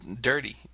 dirty